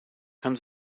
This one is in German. kann